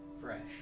fresh